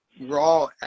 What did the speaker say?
raw